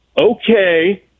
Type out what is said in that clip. Okay